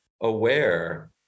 aware